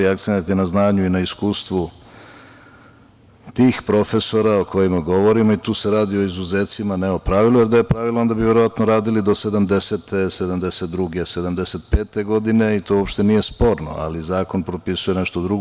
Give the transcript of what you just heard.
Akcenat je na znanju i iskustvu tih profesora o kojima govorim i tu se radi o izuzecima, ne o pravilu, jer da je pravilo, onda bi verovatno radili do 70, 72, 75. godine i to uopšte nije sporno, ali zakon propisuje nešto drugo.